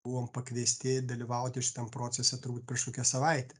buvom pakviesti dalyvauti šitam procese turbūt prieš kokią savaitę